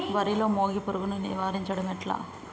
వరిలో మోగి పురుగును నివారించడం ఎట్లా?